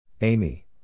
Amy